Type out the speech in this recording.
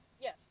Yes